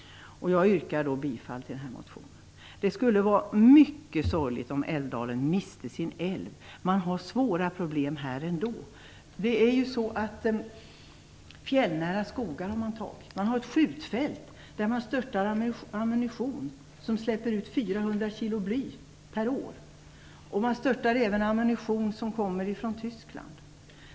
Jag yrkar bifall till vår motion. Det skulle vara mycket sorgligt om Älvdalen miste sin älv. Problemen här är nog stora ändå. Fjällnära skogar har man tagit. Man har ett skjutfält där man störtar ammunition som släpper ut 400 kilo bly per år. Man störtar även ammunition som kommer ifrån Tyskland.